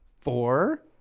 four